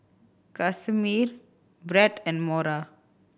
Casimir Bret and Mora